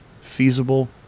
feasible